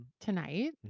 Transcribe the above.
tonight